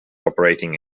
operating